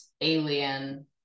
alien